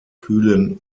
kühlen